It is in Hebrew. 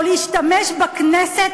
או להשתמש בכנסת,